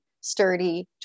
sturdy